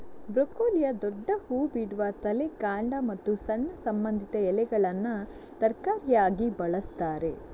ಬ್ರೊಕೊಲಿಯ ದೊಡ್ಡ ಹೂ ಬಿಡುವ ತಲೆ, ಕಾಂಡ ಮತ್ತು ಸಣ್ಣ ಸಂಬಂಧಿತ ಎಲೆಗಳನ್ನ ತರಕಾರಿಯಾಗಿ ಬಳಸ್ತಾರೆ